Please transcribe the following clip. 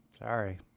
Sorry